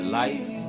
life